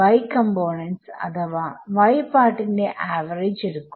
y components അഥവാ y പാർട്ടിന്റെ average എടുക്കുക